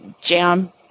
jam